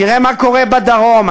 תראה מה קורה בדרום.